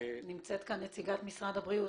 נמצאת כאן נציגת משרד הבריאות.